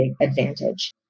advantage